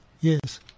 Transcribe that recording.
Yes